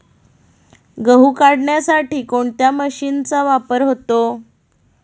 गहू काढण्यासाठी कोणत्या मशीनचा वापर होतो?